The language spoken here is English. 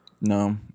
No